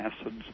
acids